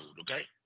okay